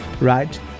right